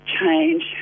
change